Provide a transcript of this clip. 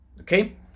okay